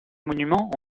monuments